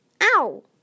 Ow